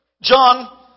John